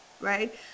right